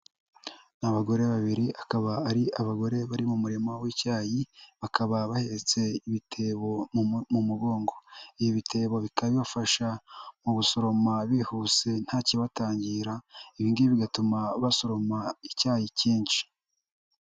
Abagore babiri akaba ari abagore bari mu murima w'icyayi, bakaba bahetse ibitebo mu mugongo ibi bitebo bikaba bibafasha mu gusoroma bihuse nta kibatangira ibingibi bigatuma basoroma icyayi cyinshi.